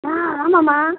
ஆ ஆமாம்மா